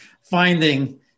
finding